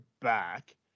back